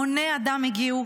המוני האדם הגיעו